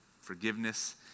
Forgiveness